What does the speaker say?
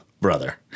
brother